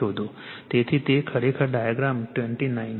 તેથી તે ખરેખર ડાયાગ્રામ 29 છે